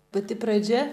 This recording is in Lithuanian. pati pradžia